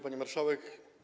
Pani Marszałek!